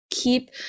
keep